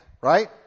right